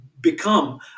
become